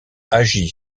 agit